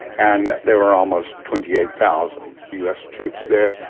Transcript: and there were almost twenty eight thousand us troops there,